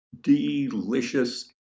delicious